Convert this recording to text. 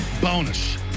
bonus